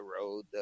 road